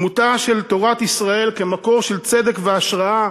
דמותה של תורת ישראל כמקור של צדק והשראה,